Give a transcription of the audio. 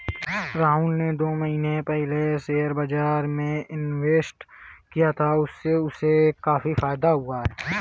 राहुल ने दो महीने पहले शेयर बाजार में इन्वेस्ट किया था, उससे उसे काफी फायदा हुआ है